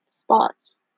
spots